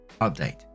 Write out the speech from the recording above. Update